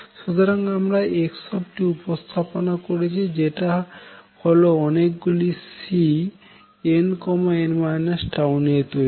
সুতরাং আমরা x উপস্থাপনা করেছি যেটা হল অনেক গুলি Cnn τনিয়ে তৈরি